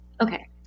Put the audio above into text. okay